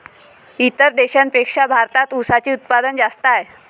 इतर देशांपेक्षा भारतात उसाचे उत्पादन जास्त आहे